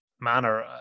manner